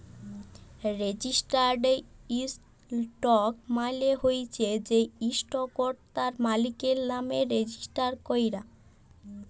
registered ইসটক মালে হচ্যে যে ইসটকট তার মালিকের লামে রেজিস্টার ক্যরা